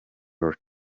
your